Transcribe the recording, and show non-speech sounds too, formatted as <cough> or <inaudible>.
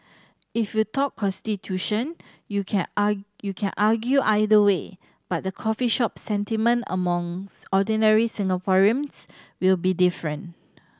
if you talk constitution you can <unintelligible> you can argue either way but the coffee shop sentiment among ordinary Singaporeans will be different